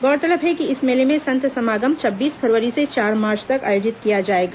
गौरतलब है कि इस मेले में संत समागम छब्बीस फरवरी से चार मार्च तक आयोजित किया जाएगा